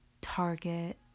Target